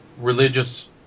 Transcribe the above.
religious